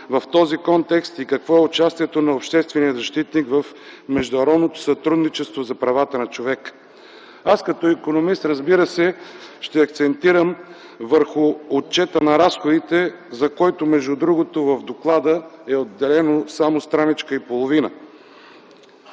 в този контекст и какво е участието на обществения защитник в международното сътрудничество за правата на човека. Аз, като икономист, разбира се, ще акцентирам върху отчета на разходите, за който между другото, в доклада е отделена само страница и половина.